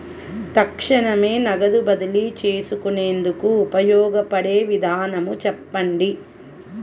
తక్షణమే నగదు బదిలీ చేసుకునేందుకు ఉపయోగపడే విధానము చెప్పండి?